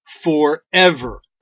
forever